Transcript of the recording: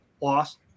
lost